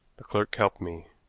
the clerk helped me.